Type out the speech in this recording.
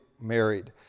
married